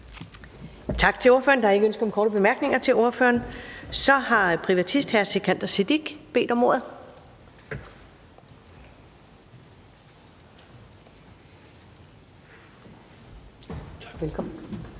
Tak til ordføreren. Der er ingen ønsker om korte bemærkninger til ordføreren. Så har privatist hr. Sikandar Siddique bedt om ordet. Velkommen.